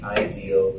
ideal